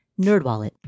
NerdWallet